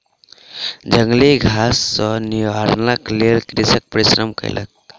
जंगली घास सॅ निवारणक लेल कृषक परिश्रम केलक